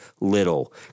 little